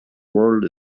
world